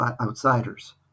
outsiders